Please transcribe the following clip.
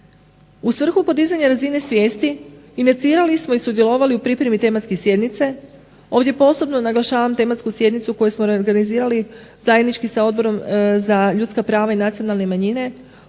U svrhu podizanja razine svijesti inicirali smo i sudjelovali u pripremi tematske sjednice, ovdje posebno naglašavam tematsku sjednicu koju smo reorganizirali zajednički sa Odborom za ljudska prava i nacionalne manjine.